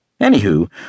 Anywho